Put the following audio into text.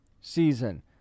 season